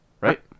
right